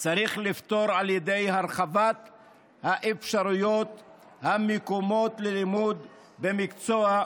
צריך לפתור על ידי הרחבת אפשרויות המקומות ללימוד המקצוע בישראל,